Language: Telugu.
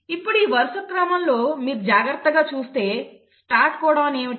ఇప్పుడు ఈ వరుస క్రమంలో మీరు జాగ్రత్తగా చూస్తే స్టార్ట్ కోడాన్ ఏమిటి